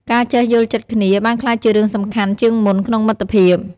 ការចេះយល់ចិត្តគ្នា បានក្លាយជារឿងសំខាន់ជាងមុនក្នុងមិត្តភាព។